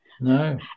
No